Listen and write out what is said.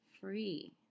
free